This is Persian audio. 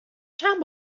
چند